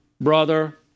Brother